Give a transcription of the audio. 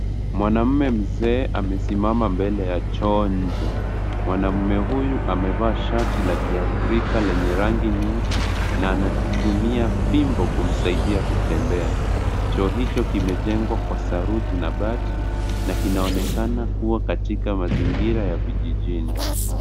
Mwanaume mzee, amesimama mbele ya choo nje. Mwanaume huyu, amevaa shati la Kiafrika lenye rangi nyingi na anatumia fimbo kumsaidia kutembea. Choo hicho kimejengwa kwa saruji na bati na kinaonekana kuwa katika mazingira ya vijijini.